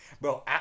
Bro